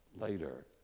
Later